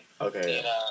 okay